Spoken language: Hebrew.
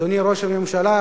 אדוני ראש הממשלה,